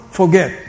forget